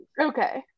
Okay